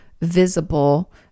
visible